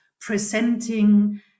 presenting